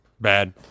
bad